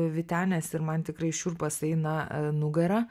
vytenės ir man tikrai šiurpas eina a nugara